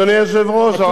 אדוני היושב-ראש.